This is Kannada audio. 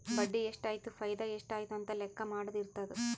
ಬಡ್ಡಿ ಎಷ್ಟ್ ಆಯ್ತು ಫೈದಾ ಎಷ್ಟ್ ಆಯ್ತು ಅಂತ ಲೆಕ್ಕಾ ಮಾಡದು ಇರ್ತುದ್